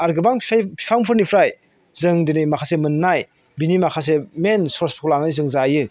आरो गोबां बिफांफोरनिफ्राय जों दिनै माखासे मोननाय बिनि माखासे मेन सर्सफोरखौ लानानै जों जायो